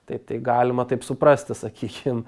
tai tai galima taip suprasti sakykim